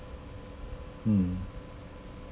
mm